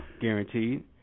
guaranteed